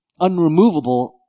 unremovable